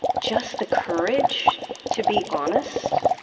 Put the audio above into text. just the courage to be honest